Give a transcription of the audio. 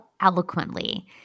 eloquently